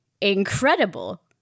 incredible